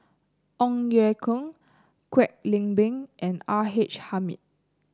Ong Ye Kung Kwek Leng Beng and R H Hamid